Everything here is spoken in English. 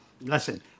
listen